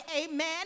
amen